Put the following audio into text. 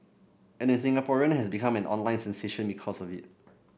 and the Singaporean has become an online sensation because of it